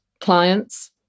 clients